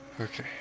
Okay